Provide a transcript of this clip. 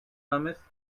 hummus